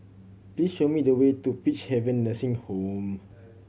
please show me the way to Peacehaven Nursing Home